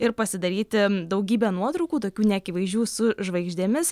ir pasidaryti daugybę nuotraukų tokių neakivaizdžių su žvaigždėmis